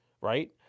Right